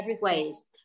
ways